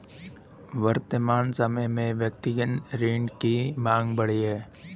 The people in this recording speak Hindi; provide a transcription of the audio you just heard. वर्तमान समय में व्यक्तिगत ऋण की माँग बढ़ी है